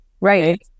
Right